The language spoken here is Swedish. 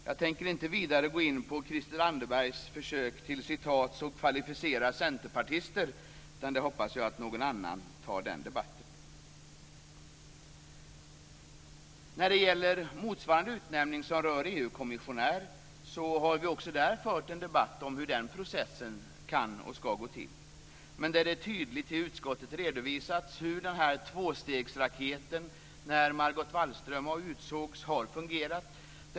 Jag tänker inte vidare gå in på Christel Anderbergs försök till att tala om kvalificerade centerpartister, utan jag hoppas att någon annan tar den debatten. När det gäller motsvarande utnämning som rör EU-kommissionär har vi också där fört en debatt om hur processen kan och ska gå till. Det har tydligt i utskottet redovisats hur tvåstegsraketen när Margot Wallström utsågs har fungerat.